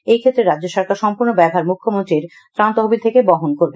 এই ক্ষেত্রে রাজ্য সরকার সম্পূর্ণ ব্যয় ভার মৃখ্যমন্ত্রীর ত্রাণ তহবিল থেকে বহন করবে